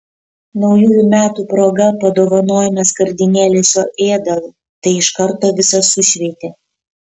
naujųjų metų proga padovanojome skardinėlę šio ėdalo tai iš karto visą sušveitė